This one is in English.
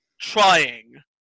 trying